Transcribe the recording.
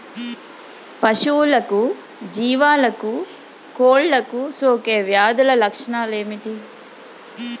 పశువులకు జీవాలకు కోళ్ళకు సోకే వ్యాధుల లక్షణాలు ఏమిటి?